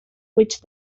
which